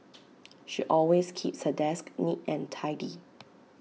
she always keeps her desk neat and tidy